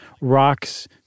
rocks